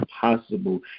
possible